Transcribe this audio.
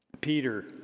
Peter